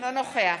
אינו נוכח